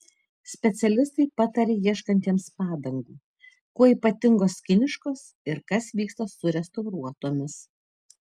specialistai pataria ieškantiems padangų kuo ypatingos kiniškos ir kas vyksta su restauruotomis